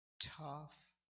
tough